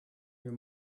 your